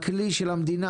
הכלי של המדינה,